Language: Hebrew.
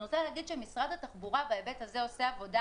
אני רוצה להגיד שמשרד התחבורה בהיבט הזה עושה עבודה,